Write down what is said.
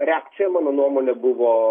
reakcija mano nuomone buvo